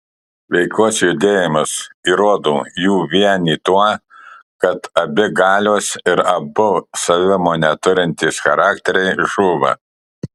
veikos judėjimas įrodo jų vienį tuo kad abi galios ir abu savimonę turintys charakteriai žūva